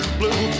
blue